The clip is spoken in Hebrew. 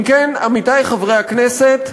אם כן, עמיתי חברי הכנסת,